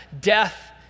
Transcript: death